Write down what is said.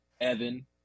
Evan